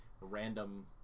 random